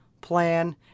plan